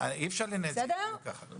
אי אפשר לנהל את הדיון כך.